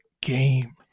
game